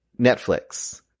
Netflix